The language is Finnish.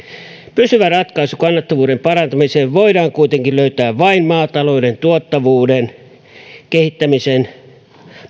pysyvä ratkaisu kannattavuuden parantamiseen voidaan kuitenkin löytää vain maatalouden tuottavuuden kehittämisen